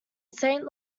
saint